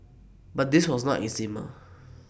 but this was not eczema